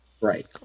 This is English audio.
Right